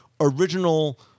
original